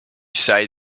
say